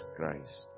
Christ